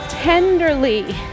tenderly